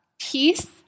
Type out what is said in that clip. peace